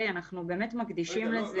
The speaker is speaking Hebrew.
אנחנו באמת מקדישים לזה חשיבות מאוד גדולה.